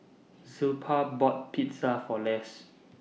Zilpah bought Pizza For Less